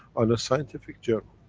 on a scientific journal.